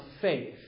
faith